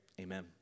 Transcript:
Amen